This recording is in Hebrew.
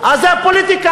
אז זה הפוליטיקה.